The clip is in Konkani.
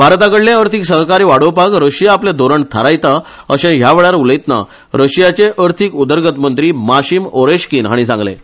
भारताकडलें अर्थिक सहकार्य वाडोवपाक रशिया आपले धोरण थारायता अशें ह्या वेळार उलयताना रशियाचे अर्थिक उदरगत मंत्री माशिम ओरेशकिन हाणी सांगलें